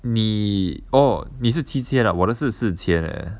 你 orh 你的是七千啊我的是四千 eh